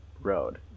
road